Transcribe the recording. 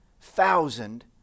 thousand